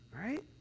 right